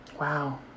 Wow